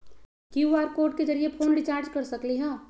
QR code के जरिय phone recharge कर सकली ह?